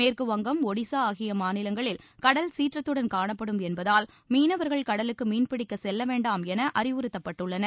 மேற்கு வங்கம் ஒடிசா ஆகிய மாநிலங்களில் கடல் சீற்றத்துடன் காணப்படும் என்பதால் மீனவர்கள் கடலுக்கு மீன்பிடிக்கச் செல்ல வேண்டாம் என அறிவுறுத்தப்பட்டுள்ளனர்